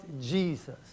Jesus